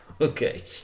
okay